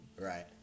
right